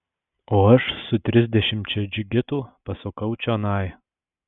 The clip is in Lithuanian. o aš su trisdešimčia džigitų pasukau čionai